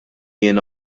jien